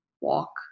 walk